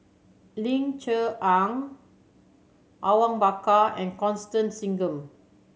Ling Cher Eng Awang Bakar and Constance Singam